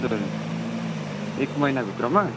हजुर एक महिनाभित्रमा